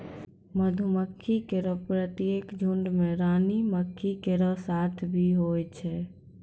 मधुमक्खी केरो प्रत्येक झुंड में रानी मक्खी केरो साथ भी होय छै